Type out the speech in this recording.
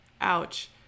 Ouch